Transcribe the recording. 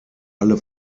alle